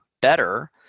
better